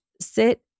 sit